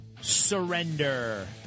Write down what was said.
Surrender